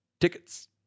tickets